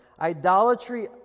Idolatry